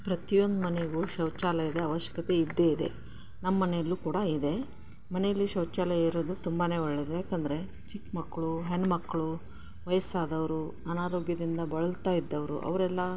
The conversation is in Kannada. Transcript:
ಪ್ರತಿಯೊಂದು ಮನೆಗೂ ಶೌಚಾಲಯದ ಅವಶ್ಯಕತೆ ಇದ್ದೇ ಇದೆ ನಮ್ಮ ಮನೆಯಲ್ಲು ಕೂಡ ಇದೆ ಮನೆಯಲ್ಲಿ ಶೌಚಾಲಯ ಇರೋದು ತುಂಬಾ ಒಳ್ಳೆದು ಯಾಕಂದರೆ ಚಿಕ್ಕ ಮಕ್ಕಳು ಹೆಣ್ಣು ಮಕ್ಕಳು ವಯಸ್ಸಾದವರು ಅನಾರೋಗ್ಯದಿಂದ ಬಳಲ್ತಾ ಇದ್ದವರು ಅವರೆಲ್ಲಾ